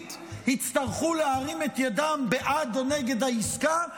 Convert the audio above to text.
יהודית יצטרכו להרים את ידם בעד או נגד העסקה,